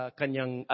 kanyang